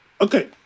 Okay